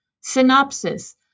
synopsis